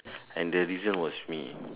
and the reason was me